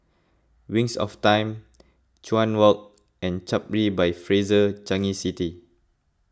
Wings of Time Chuan Walk and Capri by Fraser Changi City